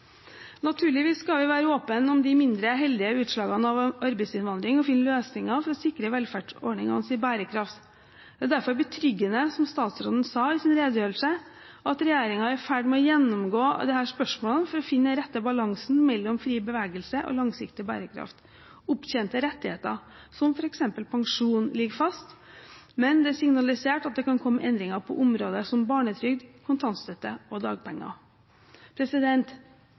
Naturligvis skal vi være åpne om de mindre heldige utslagene av arbeidsinnvandring og finne løsninger for å sikre velferdsordningenes bærekraft. Det er derfor betryggende, som statsråden sa i sin redegjørelse, at regjeringen er i ferd med å gjennomgå disse spørsmålene for å finne den rette balansen mellom fri bevegelse og langsiktig bærekraft. Opptjente rettigheter, som f.eks. pensjon, ligger fast, men det er signalisert at det kan komme endringer på områder som barnetrygd, kontantstøtte og dagpenger.